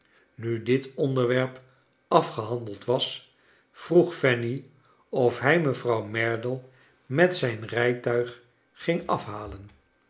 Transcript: nu dit onderwerp afgehandeld was vroeg fanny of hij mevrouw merdle met zijn rijtuig ging afhalen